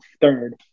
third